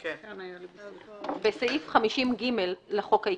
26. "בסעיף 50ג לחוק העיקרי,